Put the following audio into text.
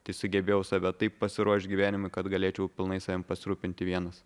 tai sugebėjau save taip pasiruošt gyvenimui kad galėčiau pilnai savimi pasirūpinti vienas